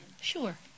Sure